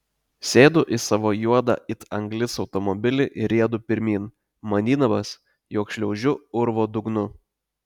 sėdu į savo juodą it anglis automobilį ir riedu pirmyn manydamas jog šliaužiu urvo dugnu